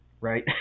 right